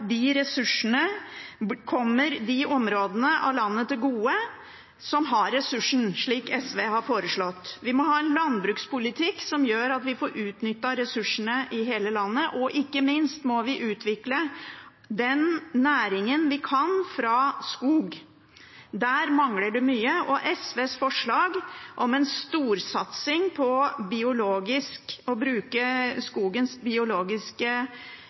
de ressursene kommer de områdene av landet som har ressursene, til gode, slik SV har foreslått. Vi må ha en landbrukspolitikk som gjør at vi får utnyttet ressursene i hele landet. Og ikke minst må vi utvikle den næringen vi kan, fra skog. Der mangler det mye, og SVs forslag om en storsatsing på å bruke skogens biologiske